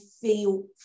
feel